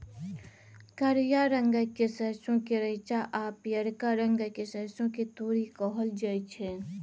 करिया रंगक सरसों केँ रैंचा आ पीयरका रंगक सरिसों केँ तोरी कहल जाइ छै